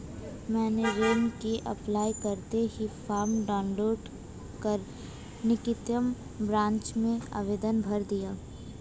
मैंने ऋण के अप्लाई करते ही फार्म डाऊनलोड कर निकटम ब्रांच में आवेदन भर दिया